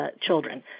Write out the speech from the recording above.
children